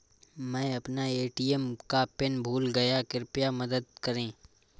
मै अपना ए.टी.एम का पिन भूल गया कृपया मदद करें